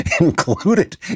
included